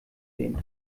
sehen